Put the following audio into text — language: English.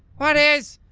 what is.